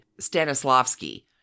Stanislavski